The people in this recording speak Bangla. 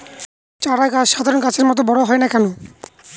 চারা গাছ সাধারণ গাছের মত বড় হয় না কেনো?